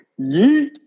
yeet